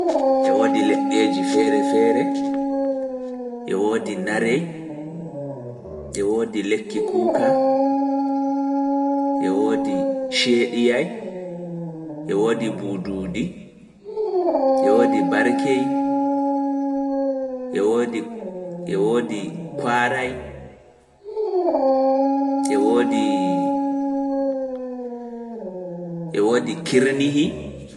e woodi leɗɗeeji fere fere bana narehi, shediyay, bududi, barkei, kwarai,e kirnihi